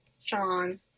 Sean